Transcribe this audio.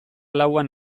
lauan